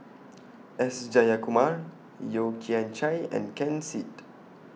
S Jayakumar Yeo Kian Chye and Ken Seet